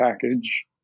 package